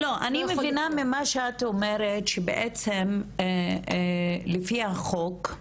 לא, אני מבינה ממה שאת אומרת שבעצם שעל פי החוק,